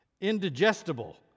Indigestible